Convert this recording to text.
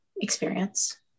experience